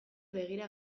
begira